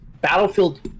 Battlefield